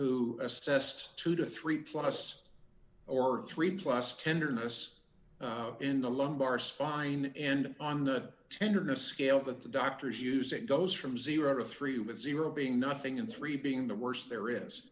who assessed two to three plus or three plus tenderness in the lumbar spine and on the tenderness scale that the doctors use it goes from zero to three dollars with zero being nothing and three being the worst there is